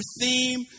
theme